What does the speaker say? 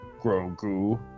Grogu